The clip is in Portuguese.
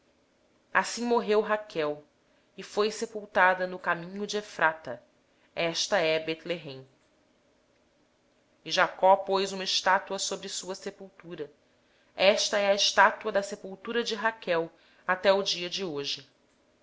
assim morreu raquel e foi sepultada no caminho de efrata esta é bete leém e jacó erigiu uma coluna sobre a sua sepultura esta é a coluna da sepultura de raquel até o dia de hoje